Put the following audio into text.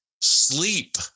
sleep